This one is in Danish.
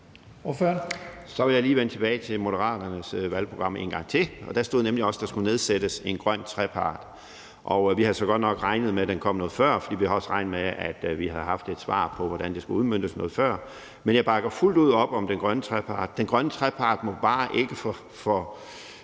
Så vil jeg lige vende tilbage til Moderaternes valgprogram en gang til. Der stod nemlig også, at der skulle nedsættes en grøn trepart. Vi havde så godt nok regnet med, at den kom noget før, for vi havde også regnet med, at vi havde haft et svar på, hvordan det skulle udmøntes, noget før, men jeg bakker fuldt ud op om den grønne trepart. Den grønne trepart må bare ikke